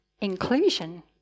inclusion